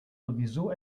sowieso